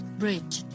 bridge